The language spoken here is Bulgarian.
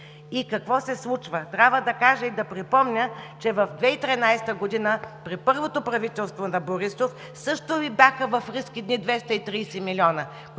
И какво се случва? Трябва да кажа и да припомня, че през 2013 г., при първото правителство на Борисов, също бяха в риск едни 230 милиона,